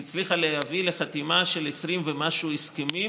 היא הצליחה להביא לחתימה של 20 ומשהו הסכמים